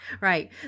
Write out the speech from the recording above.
Right